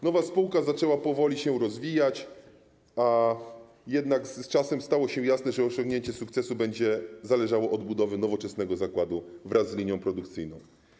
Nowa spółka zaczęła powoli się rozwijać, a jednak z czasem stało się jasne, że osiągnięcie sukcesu będzie zależało od budowy nowoczesnego zakładu wraz z linią produkcyjną.